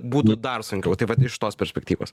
būtų dar sunkiau taip vat iš tos perspektyvos